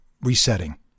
resetting